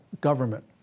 government